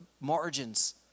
margins